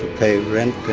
pay rent.